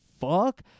fuck